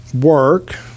work